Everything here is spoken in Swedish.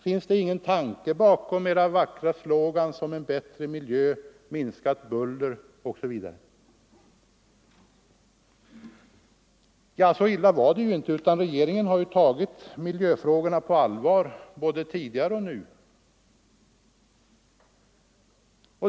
Finns det ingen tanke bakom regeringens vackra slogans om bättre miljö, minskat buller osv.? Så illa var det inte, utan regeringen har tagit miljöfrågorna på allvar både tidigare och nu.